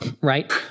Right